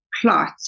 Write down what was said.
plot